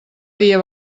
dia